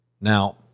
Now